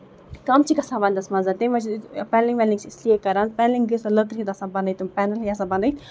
کَم چھِ گژھان وَندَس منٛز تَمہِ وجہہ چھِ أسۍ پیٚنلِنگ وینلِنگ چھِ اس لیے کران پیٚنلِنگ گٔے سۄ لٔکرِ ہِنٛز آسان بنٲیتۍ تِم پینلِنگ آسان بَنٲیِتھ